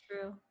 true